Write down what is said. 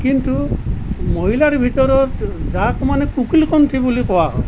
কিন্তু মহিলাৰ ভিতৰত যাক মানে কোকিলকণ্ঠী বুলি কোৱা হয়